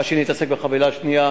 השני יתעסק בחבילה שנייה.